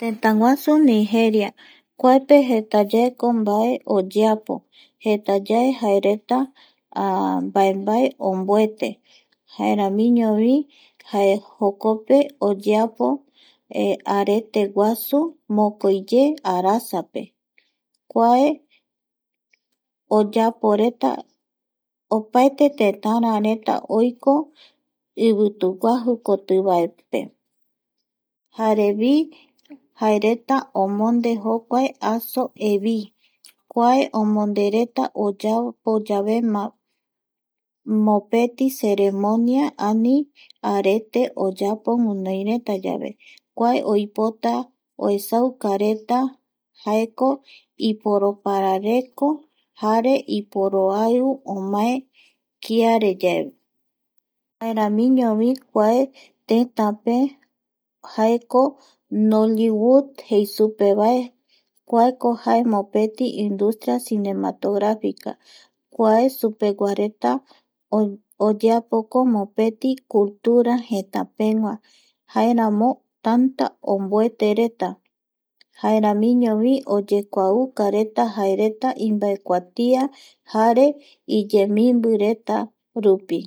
Tëtäguasu Nigeria kuape jetayeko mbae oyeapo jetayae jereta mbae omboete jaeramiñovi jae jokope oyeapo areteguasu mokoiye arasape kua oyaporeta opaete teatarareta oiko ivituguajukotivaepe jarevi jaereta omonde jokuae aso evit kuae omondereta oyauyave mopeti ceremonia ani arete oyapo guinoiretayave kua oipota oesaukareta jaeko iporoparareko jare iporoaiu omae kiareyave jaeramiñovi kua tetape jaeko nollivu jei supe vae kuako jae industria cinematográfica kua supeguareta oyeapoko mopeti cultura jetapegua jaeramo tanta omboetereta jaeramiñovi oyekuaukareta jaereta imbaekuatia jare iyemimbiretarupi